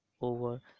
over